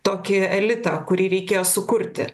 tokį elitą kurį reikėjo sukurti